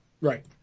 Right